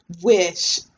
wish